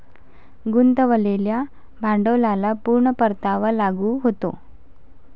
गुंतवलेल्या भांडवलाला पूर्ण परतावा लागू होतो